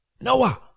Noah